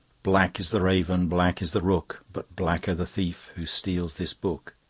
black is the raven, black is the rook, but blacker the thief who steals this book!